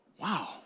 wow